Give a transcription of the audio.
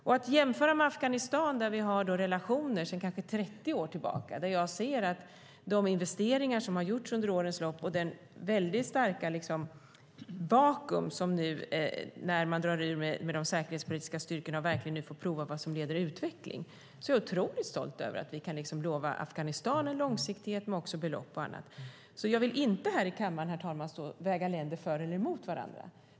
Om man jämför med Afghanistan, där vi har relationer sedan kanske 30 år tillbaka, där jag ser de investeringar som har gjorts under årens lopp och det väldigt starka vakuum som uppstår när man drar bort de säkerhetspolitiska styrkorna och där man nu verkligen får prova vad som leder utveckling, så är jag otroligt stolt över att vi kan lova Afghanistan en långsiktighet med belopp och annat. Jag vill inte här i kammaren, herr talman, stå och väga länder för eller emot varandra.